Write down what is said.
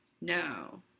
no